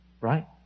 right